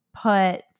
put